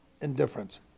indifference